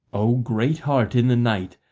o great heart in the night,